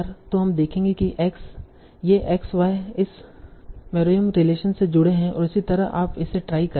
तो हम देखेंगे कि ये X Y इस मेरोंय्म रिलेशन से जुड़े हैं और इसी तरह आप इसे ट्राई करेंगे